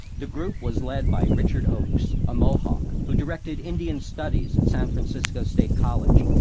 the group was led by richard oakes, a mohawk who directed indian studies at san francisco state college,